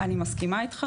אני מסכימה איתך,